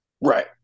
Right